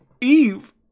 eve